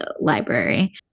library